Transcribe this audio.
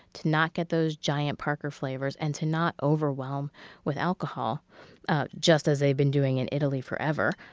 to not get those giant parker flavors, and to not overwhelm with alcohol just as they've been doing in italy forever.